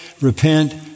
repent